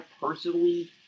personally